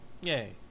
Yay